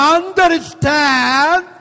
understand